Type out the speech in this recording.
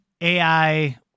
AI